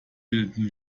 bilden